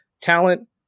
talent